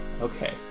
Okay